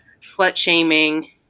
slut-shaming